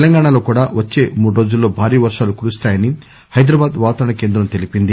తెలంగాణాలో కూడా వచ్చే మూడు రోజుల్లో భారీ వర్షాలు కురుస్తాయని హైదరాబాద్ వాతావరణ కేంద్రం తెలిపింది